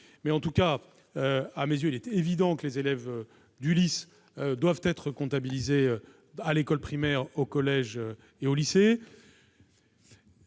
récente. À mes yeux, il est évident que les élèves des ULIS doivent être comptabilisés à l'école primaire, au collège et au lycée,